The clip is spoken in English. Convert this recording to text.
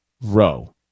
row